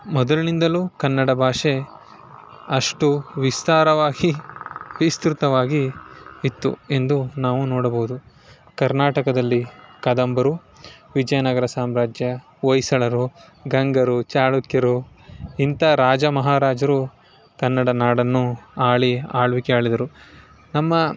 ಮೊದಲಿನಿಂದಲೂ ಕನ್ನಡ ಭಾಷೆ ಅಷ್ಟು ವಿಸ್ತಾರವಾಗಿ ವಿಸ್ತೃತವಾಗಿ ಇತ್ತು ಎಂದು ನಾವು ನೋಡಬೋದು ಕರ್ನಾಟಕದಲ್ಲಿ ಕದಂಬರು ವಿಜಯನಗರ ಸಾಮ್ರಾಜ್ಯ ಹೊಯ್ಸಳರು ಗಂಗರು ಚಾಲುಕ್ಯರು ಇಂಥ ರಾಜ ಮಹಾರಾಜರು ಕನ್ನಡ ನಾಡನ್ನು ಆಳಿ ಆಳ್ವಿಕೆ ಆಳಿದರು ನಮ್ಮ